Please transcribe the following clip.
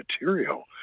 material